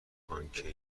آنکه